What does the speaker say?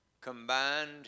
Combined